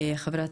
חה"כ